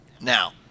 now